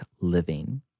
living